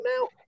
now